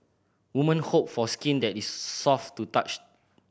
women hope for skin that is soft to touch